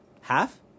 Half